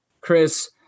Chris